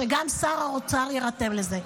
שגם שר האוצר להירתם לזה.